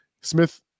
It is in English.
Smith